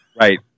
Right